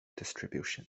distribution